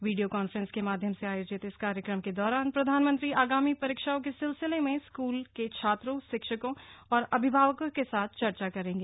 video conference के माध्यम से आयोजित इस कार्यक्रम के दौरान प्रधानमंत्री आगामी परीक्षाओं के सिलसिले में स्कूल के छात्रों शिक्षकों और अभिभावकों के साथ चर्चा करेंगे